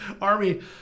army